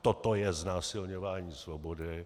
Toto je znásilňování svobody.